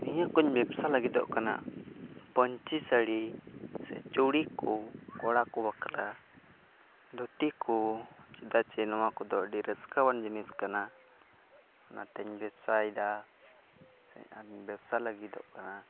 ᱱᱤᱭᱟᱹᱠᱚᱧ ᱵᱮᱵᱽᱥᱟ ᱞᱟᱹᱜᱤᱫᱚᱜ ᱠᱟᱱᱟ ᱯᱟᱹᱧᱪᱤ ᱥᱟᱹᱲᱤ ᱥᱮ ᱪᱩᱲᱤ ᱠᱚ ᱠᱚᱲᱟ ᱠᱚ ᱵᱟᱠᱷᱨᱟ ᱫᱷᱩᱛᱤ ᱠᱚ ᱪᱮᱫᱟᱜ ᱪᱮ ᱱᱚᱣᱟ ᱠᱚᱫᱚ ᱟᱹᱰᱤ ᱨᱟᱹᱥᱠᱟᱹᱣᱟᱱ ᱡᱤᱱᱤᱥ ᱠᱟᱱᱟ ᱚᱱᱟᱛᱮᱧ ᱵᱮᱵᱽᱥᱟᱭᱫᱟ ᱥᱮ ᱟᱢ ᱵᱮᱵᱽᱥᱟ ᱞᱟᱹᱜᱤᱫᱚᱜ ᱠᱟᱱᱟ